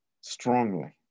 strongly